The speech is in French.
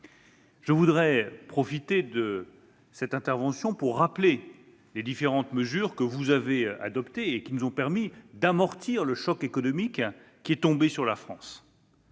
Je veux également profiter de cette intervention pour rappeler les différentes mesures que vous avez adoptées et qui nous ont permis d'amortir le choc économique qui est tombé sur la France.